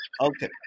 Okay